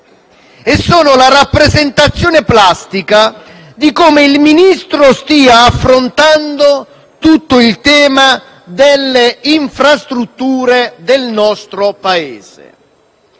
e sono la rappresentazione plastica di come il Ministro stia affrontando tutto il tema delle infrastrutture del nostro Paese.